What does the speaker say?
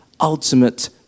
ultimate